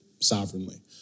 sovereignly